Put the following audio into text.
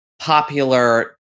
popular